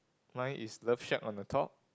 mine is love shack on the top